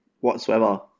whatsoever